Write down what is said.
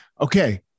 Okay